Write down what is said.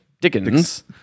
dickens